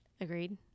Agreed